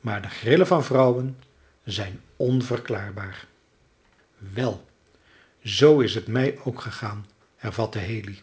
maar de grillen van vrouwen zijn onverklaarbaar wel zoo is het mij ook gegaan hervatte haley